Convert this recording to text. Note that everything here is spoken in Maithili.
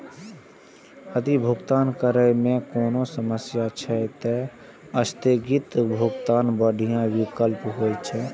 यदि भुगतान करै मे कोनो समस्या छै, ते स्थगित भुगतान बढ़िया विकल्प होइ छै